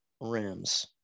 rims